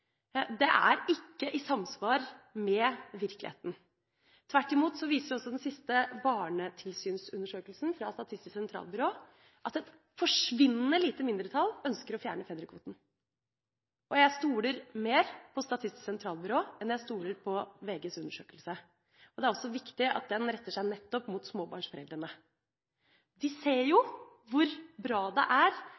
Det er ikke i samsvar med virkeligheten. Tvert imot viser også den siste barnetilsynsundersøkelsen fra Statistisk sentralbyrå at et forsvinnende lite mindretall ønsker å fjerne fedrekvoten. Jeg stoler mer på Statistisk sentralbyrå enn jeg stoler på VGs undersøkelse. Det er også viktig at den retter seg nettopp mot småbarnsforeldrene. De ser